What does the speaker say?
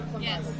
Yes